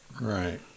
right